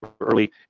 early